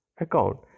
account